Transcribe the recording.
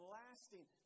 lasting